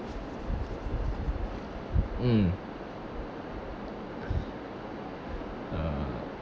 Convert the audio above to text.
mm uh